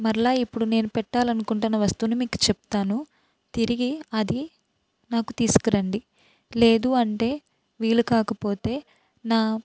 మరలా ఇప్పుడు నేను పెట్టాలనుకుంటున్న వస్తువును మీకు చెప్తాను తిరిగి అది నాకు తీసుకురండి లేదు అంటే వీలుకాకపోతే నా